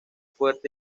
fuerte